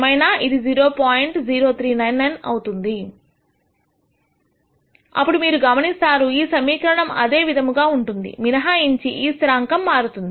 0399 అవుతుంది అప్పుడు మీరు గమనిస్తారు ఈ సమీకరణం అదే విధంగా ఉంటుంది మినహాయించి ఈ స్థిరాంకం మారుతుంది